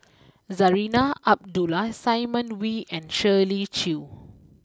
Zarinah Abdullah Simon Wee and Shirley Chew